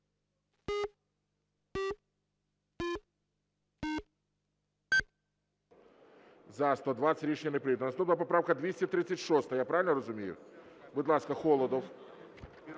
За-120 Рішення не прийнято. Наступна поправка 236, я правильно розумію? Будь ласка, Холодов.